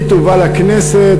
היא תובא לכנסת,